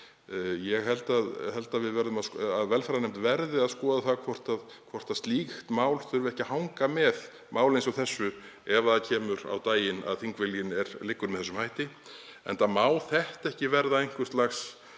Ég held að velferðarnefnd verði að skoða hvort slíkt mál þurfi ekki að hanga með máli eins og þessu ef það kemur á daginn að þingviljinn liggur með þessum hætti, enda má þetta ekki verða einhvers lags